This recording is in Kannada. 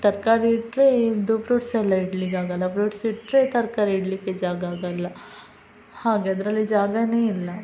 ತರಕಾರಿ ಇಟ್ಟರೆ ಇದು ಫ್ರುಟ್ಸೆಲ್ಲ ಇಡ್ಲಿಕಾಗಲ್ಲ ಫ್ರೂಟ್ಸ್ ಇಟ್ಟರೆ ತರಕಾರಿ ಇಡಲಿಕ್ಕೆ ಜಾಗ ಆಗೋಲ್ಲ ಹಾಗೆ ಅದರಲ್ಲಿ ಜಾಗವೇ ಇಲ್ಲ